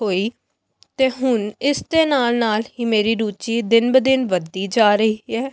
ਹੋਈ ਅਤੇ ਹੁਣ ਇਸ ਦੇ ਨਾਲ਼ ਨਾਲ਼ ਹੀ ਮੇਰੀ ਰੁਚੀ ਦਿਨ ਬ ਦਿਨ ਵੱਧਦੀ ਜਾ ਰਹੀ ਹੈ